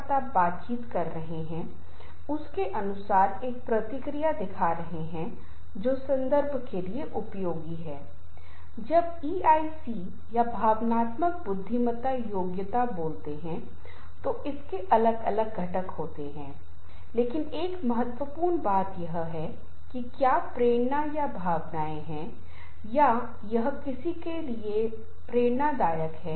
राय में अंतर हो सकता है और इसे बहुत ही सही भावना से लिया जा सकता है लेकिन जरूरी नहीं कि हम हमेशा लड़ाई और झगड़ा कर सकें और यह दिखाने की कोशिश कर सकें कि मैं आपसे बेहतर हूं या मैं मेरे विचार आपसे बेहतर हैं यह कुछ भी नहीं है उसके जैसा